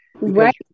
Right